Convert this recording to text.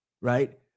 right